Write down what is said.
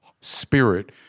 spirit